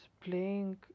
playing